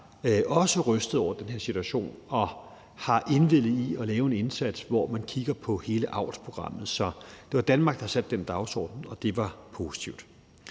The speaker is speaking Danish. også rystede over den her situation og har indvilliget i at lave en indsats, hvor man kigger på hele avlsprogrammet. Så det var Danmark, der satte den dagsorden, og det var positivt.